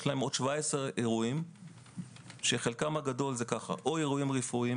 יש להם עוד 17 אירועים שחלקם הגדול הם או אירועים רפואיים,